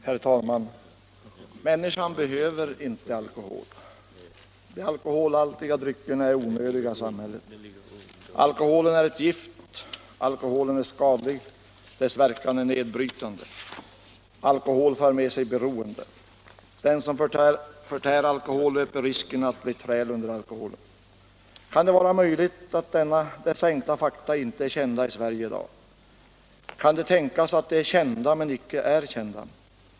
Herr talman! Människan behöver inte alkohol. De alkoholhaltiga dryckerna är onödiga i samhället. Alkoholen är ett gift. Alkoholen är skadlig. Dess verkan är nedbrytande. Alkohol för med sig beroende. Den som förtär alkohol löper risken att bli träl under alkoholen. Kan det vara möjligt att dessa enkla fakta inte är kända i Sverige i dag? Kan det tänkas att de är kända men icke erkända?